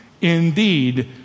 indeed